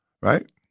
right